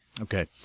Okay